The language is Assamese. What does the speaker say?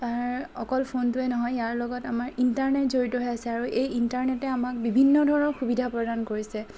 অকল ফোনটোৱেই নহয় ইয়াৰ লগত আমাৰ ইণ্টাৰনেট জড়িত হৈ আছে আৰু এই ইণ্টাৰনেটেই আমাক বিভিন্ন ধৰণৰ সুবিধা প্ৰদান কৰিছে